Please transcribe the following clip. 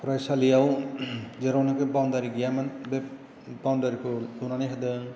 फरायसालिआव जेरावनाखि बाउन्डारि गैयामोन बे बाउन्डारिखौ लुनानै होदों